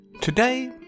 Today